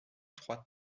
trois